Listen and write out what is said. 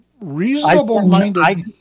Reasonable-minded